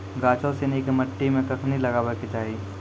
गाछो सिनी के मट्टी मे कखनी लगाबै के चाहि?